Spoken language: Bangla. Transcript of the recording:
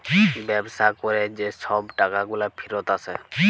ব্যবসা ক্যরে যে ছব টাকাগুলা ফিরত আসে